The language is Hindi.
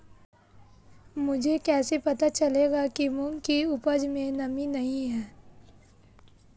मुझे कैसे पता चलेगा कि मूंग की उपज में नमी नहीं है?